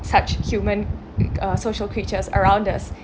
such human uh social creatures around us